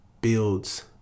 builds